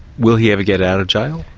will he ever get out of jail?